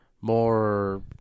more